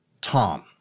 Tom